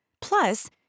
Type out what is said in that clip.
Plus